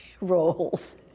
roles